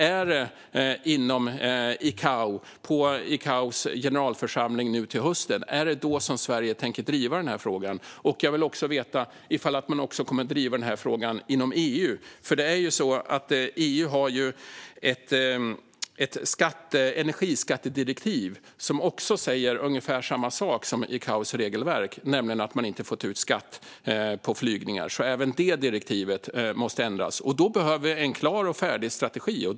Är det på ICAO:s generalförsamling nu till hösten som Sverige tänker driva frågan? Jag vill också veta om man kommer att driva den här frågan inom EU. EU har ju ett energiskattedirektiv som säger ungefär samma sak som ICAO:s regelverk, nämligen att man inte får ta ut skatt på flygningar. Även det direktivet måste ändras. Då behöver vi en klar strategi.